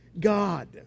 God